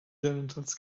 genitals